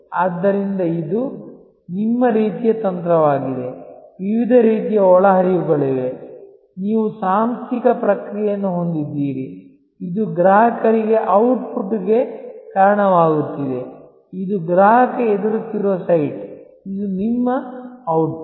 ಆದ್ದರಿಂದ ಇದು ನಿಮ್ಮ ರೀತಿಯ ತಂತ್ರವಾಗಿದೆ ವಿವಿಧ ರೀತಿಯ ಒಳಹರಿವುಗಳಿವೆ ನೀವು ಸಾಂಸ್ಥಿಕ ಪ್ರಕ್ರಿಯೆಯನ್ನು ಹೊಂದಿದ್ದೀರಿ ಇದು ಗ್ರಾಹಕರಿಗೆ output ಗೆ ಕಾರಣವಾಗುತ್ತಿದೆ ಇದು ಗ್ರಾಹಕ ಎದುರಿಸುತ್ತಿರುವ ಸೈಟ್ ಇದು ನಿಮ್ಮ output